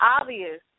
obvious